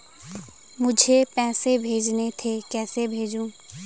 मुझे पैसे भेजने थे कैसे भेजूँ?